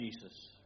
Jesus